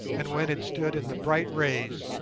and went and stood in the bright rays,